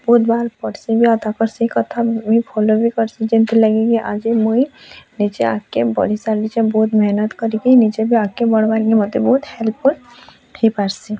ବହୁତ୍ ବାର୍ ପଢ଼୍ସିଁ ବି ଆଉ ତାଙ୍କର୍ ସେ କଥା ମୁଇଁ ଫଲୋ ବି କର୍ସିଁ ଯେନ୍ତିର୍ ଲାଗିକି ଆଜି ମୁଇଁ ନିଜେ ଆଗ୍କେ ବଢି ଚାଲିଚେଁ ବହୁତ୍ ମେହେନତ୍ କରିକି ନିଜେ ବି ଆଗ୍କେ ବଢ଼୍ବାକେ ମତେ ବହୁତ୍ ହେଲ୍ପ୍ଫୁଲ୍ ହେଇପାର୍ସି